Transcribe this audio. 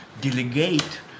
delegate